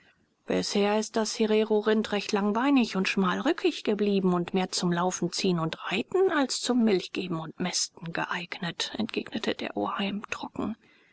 bisher ist das hererorind recht langbeinig und schmalrückig geblieben und mehr zum laufen ziehen und reiten als zum milchgeben und mästen geeignet entgegnete der oheim trocken